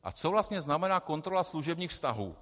A co vlastně znamená kontrola služebních vztahů?